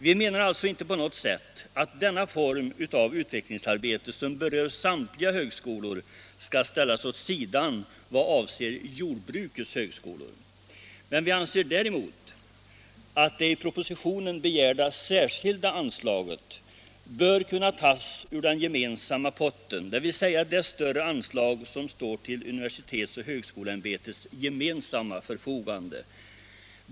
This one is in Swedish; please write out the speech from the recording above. Vi menar alltså inte på något sätt att denna form av utvecklingsarbete, som berör samtliga högskolor, skall ställas åt sidan i vad avser jordbrukets högskolor. Vi anser däremot att det i propositionen begärda särskilda anslaget bör kunna tas ur den gemensamma potten, dvs. det större anslag som står till universitets och högskoleämbetets gemensamma förfogande.